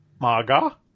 MAGA